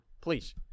Please